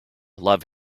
love